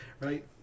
right